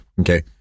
okay